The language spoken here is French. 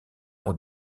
ont